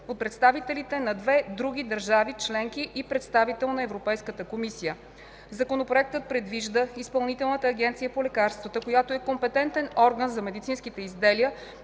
от представители на две други държави членки и представител на Европейската комисия. Законопроектът предвижда Изпълнителната агенция по лекарствата, която е компетентен орган за медицинските изделия,